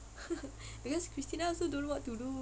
because christina also don't know what to do